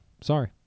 Sorry